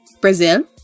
Brazil